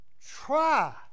try